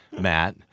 Matt